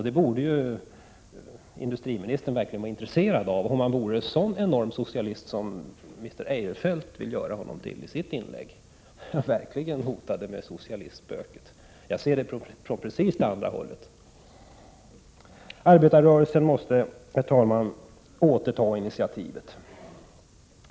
Det borde industriministern verkligen vara intresserad av, om han vore en sådan enorm socialist som Christer Eirefelt ville göra honom till i sitt inlägg, där han hotade med socialistspöket. Jag ser det från rakt motsatt håll. Arbetarrörelsen måste, herr talman, återta initiativet.